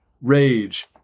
rage